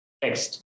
Text